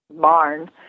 barn